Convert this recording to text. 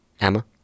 Emma